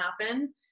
happen